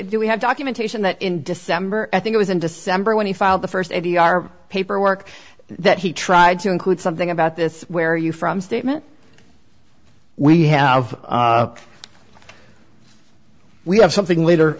we have documentation that in december and think it was in december when he filed the st a v r paperwork that he tried to include something about this where you from statement we have we have something later